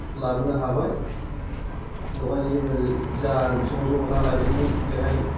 लाबोनो हाबाय बेवहाय जोङो जा ज' ज' ना लायदोंमोन बेहाय